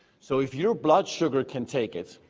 so if your blood sugar can take it,